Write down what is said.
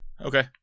Okay